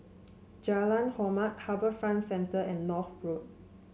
Jalan Hormat HarbourFront Centre and North Road